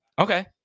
Okay